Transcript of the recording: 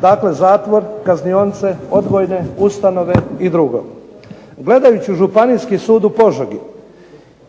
dakle zatvor, kaznionice, odgojne ustanove i drugo. Gledajući Županijski sud u Požegi